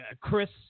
Chris